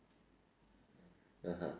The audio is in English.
(uh huh)